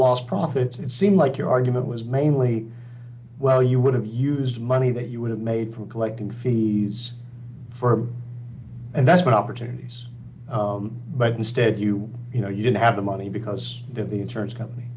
lost profits it seemed like your argument was mainly well you would have used money that you would have made from collecting fees for and that's what opportunities but instead you you know you didn't have the money because of the terms company